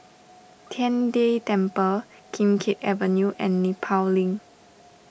Tian De Temple Kim Keat Avenue and Nepal Link